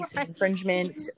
infringement